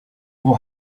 will